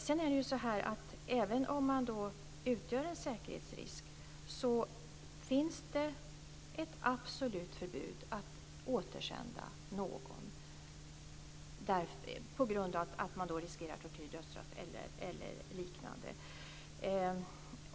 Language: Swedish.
Sedan är det ju så att även om man utgör en säkerhetsrisk finns det ett absolut förbud mot att återsända någon som riskerar tortyr, dödsstraff eller liknande.